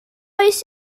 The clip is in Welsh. oes